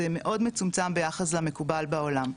זה מאוד מצומצם ביחס למקובל בעולם.